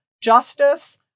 justice